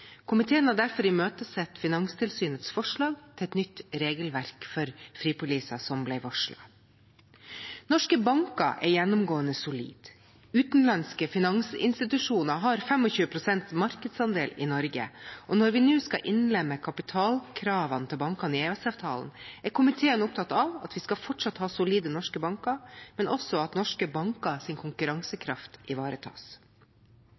Komiteen har derfor imøtesett Finanstilsynets forslag til et nytt regelverk for fripoliser, som ble varslet. Norske banker er gjennomgående solide. Utenlandske finansinstitusjoner har 25 pst. markedsandel i Norge, og når vi nå skal innlemme kapitalkravene til bankene i EØS-avtalen, er komiteen opptatt av at vi fortsatt skal ha solide norske banker, men også at norske